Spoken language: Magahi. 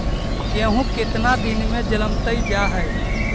गेहूं केतना दिन में जलमतइ जा है?